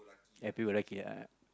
happy go lucky ah